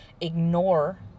ignore